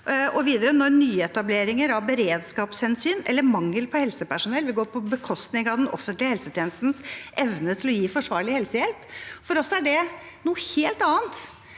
nyetableringer, av beredskapshensyn eller mangel på helsepersonell, vil gå på bekostning av den offentlige helsetjenestens evne til å gi forsvarlig helsehjelp.» For oss er det noe helt annet